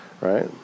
right